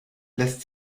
lässt